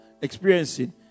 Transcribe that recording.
experiencing